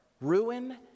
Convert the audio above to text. Ruin